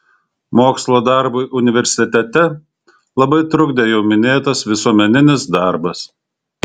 mokslo darbui universitete labai trukdė jau minėtas visuomeninis darbas